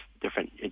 different